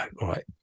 right